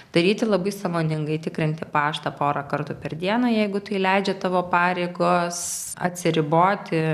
daryti labai sąmoningai tikrinti paštą porą kartų per dieną jeigu tai leidžia tavo pareigos atsiriboti